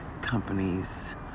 companies